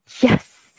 Yes